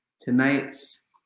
tonight's